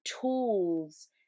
tools